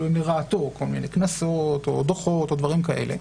הם לרעתו כל מיני קנסות או דוחות או דברים כאלה.